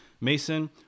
Mason